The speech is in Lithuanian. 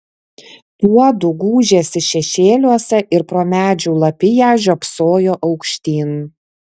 tuodu gūžėsi šešėliuose ir pro medžių lapiją žiopsojo aukštyn